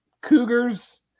Cougars